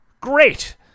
great